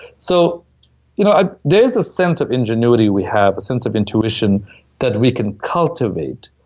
so you know ah there is a sense of ingenuity we have. a sense of intuition that we can cultivate.